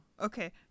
okay